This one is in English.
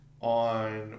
on